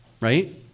right